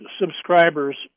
subscribers